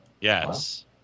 Yes